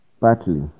partly